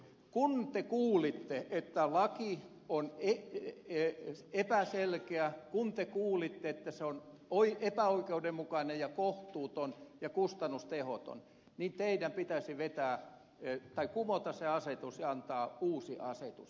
kun te kuulitte että laki on epäselkeä kun te kuulitte että se on epäoikeudenmukainen ja kohtuuton ja kustannustehoton niin teidän pitäisi kumota se asetus ja antaa uusi asetus